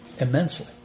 immensely